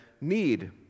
need